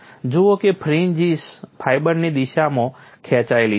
જુઓ કે ફ્રિન્જિસ ફાઇબરની દિશામાં ખેંચાયેલી છે